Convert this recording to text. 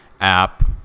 app